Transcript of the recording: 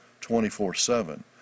24-7